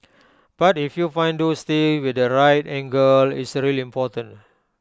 but if you find those things with the right angle it's really important